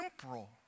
temporal